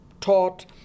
taught